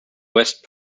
west